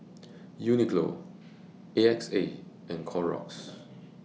Uniqlo A X A and Clorox